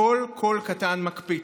כל קול קטן מקפיץ.